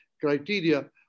criteria